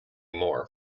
more